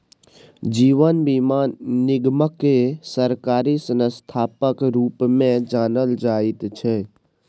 जीवन बीमा निगमकेँ सरकारी संस्थाक रूपमे जानल जाइत छै